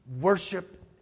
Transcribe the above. Worship